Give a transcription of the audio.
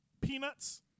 peanuts